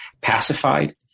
pacified